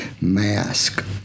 Mask